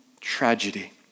tragedy